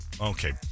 okay